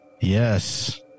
Yes